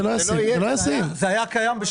זה היה קיים.